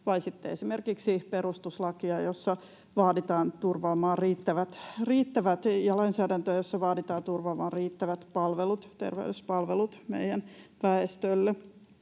esimerkiksi perustuslakia ja lainsäädäntöä, jossa vaaditaan turvaamaan riittävät terveyspalvelut meidän väestöllemme.